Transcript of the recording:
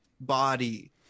body